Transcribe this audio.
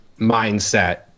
mindset